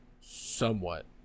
somewhat